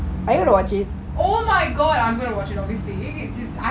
oh my god I'm gonna watch obviously